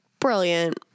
Brilliant